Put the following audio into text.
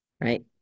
right